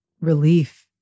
relief